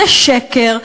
זה שקר,